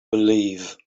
believe